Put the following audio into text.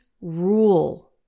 rule